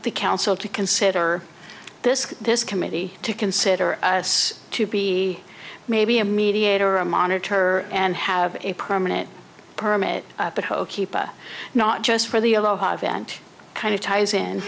the council to consider this this committee to consider us to be maybe a mediator or a monitor and have a permanent permit but hokey not just for the aloha event kind of ties in